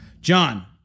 John